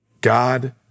God